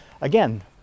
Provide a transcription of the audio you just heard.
Again